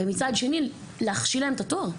מצד שני להכשיל להם את התואר.